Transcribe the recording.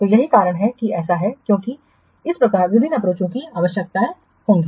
तो यही कारण है कि ऐसा है इसलिए इस प्रकार विभिन्न अप्रोचों की आवश्यकता होगी